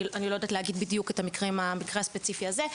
אני לא יודעת להגיד בדיוק את המקרה הספציפי הזה,